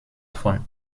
von